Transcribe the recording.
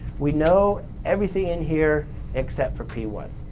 we know everything in here except for p one,